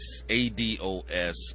ADOS